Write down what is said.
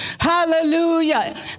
Hallelujah